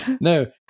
no